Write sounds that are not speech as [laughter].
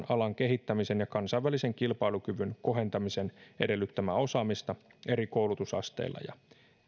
[unintelligible] alan kehittämisen ja kansainvälisen kilpailukyvyn kohentamisen edellyttämää osaamista eri koulutusasteilla ja